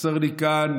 חסר לי כאן